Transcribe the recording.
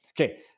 Okay